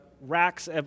racks